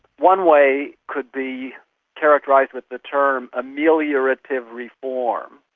one way could be characterised with the term ameliorative reform.